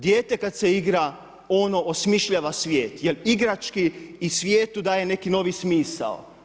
Dijete kada se igra ono osmišljava svijet jer igrački i svijetu daje neki novi smisao.